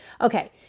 Okay